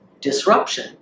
disruption